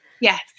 Yes